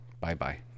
Bye-bye